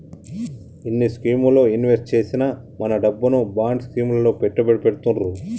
కొన్ని స్కీముల్లో ఇన్వెస్ట్ చేసిన మన డబ్బును బాండ్ స్కీం లలో పెట్టుబడి పెడతుర్రు